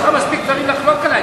יש לך מספיק דברים לחלוק עלי,